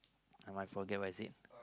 I might forget what is it